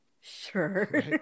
Sure